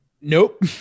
nope